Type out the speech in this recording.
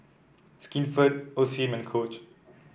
Skinfood Osim and Coach